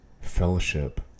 fellowship